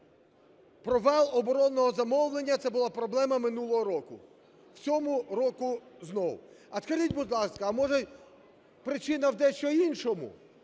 Провал оборонного замовлення – це була проблема минулого року. В цьому році знов. А скажіть, будь ласка, а, може, причина дещо в іншому?